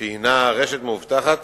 שהיא רשת מאובטחת